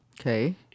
Okay